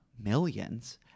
millions